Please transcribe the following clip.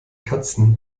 katzen